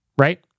Right